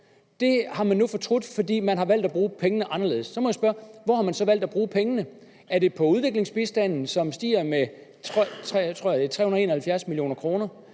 bestå, har man nu fortrudt, fordi man har valgt at bruge pengene anderledes. Så må jeg spørge: Hvor har man så valgt at bruge pengene? Er det på udviklingsbistanden, som stiger med 371 mio. kr.,